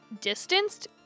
distanced